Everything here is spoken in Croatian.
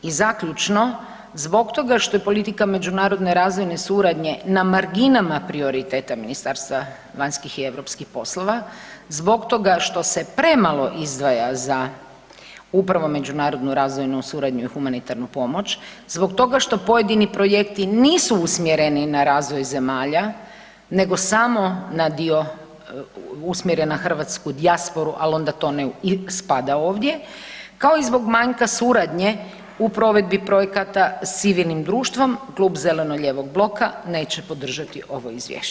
I zaključno, zbog toga što je politika međunarodne razvojne suradnje na marginama prioriteta Ministarstva vanjskih i europskih poslova, zbog toga što se premalo izdvaja za upravo međunarodnu razvojnu suradnju i humanitarnu pomoć, zbog toga što pojedini projekti nisu usmjereni na razvoj zemalja, nego samo na dio usmjeren na hrvatsku dijasporu, ali onda to ne spada ovdje kao i zbog manjka suradnje u provedbi projekata s civilnim društvom klub Zeleno-lijevog bloka neće podržati ovo izvješće.